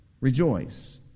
rejoice